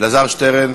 אלעזר שטרן?